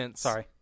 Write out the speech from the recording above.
Sorry